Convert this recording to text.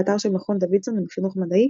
באתר של מכון דוידסון לחינוך מדעי,